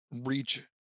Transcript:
reach